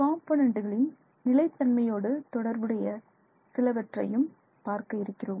காம்பொனன்டுகளின் நிலைத்தன்மையோடு தொடர்புடைய சிலவற்றையும் பார்க்க இருக்கிறோம்